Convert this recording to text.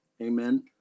Amen